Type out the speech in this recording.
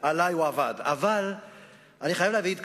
אבל אני חייב להגיד,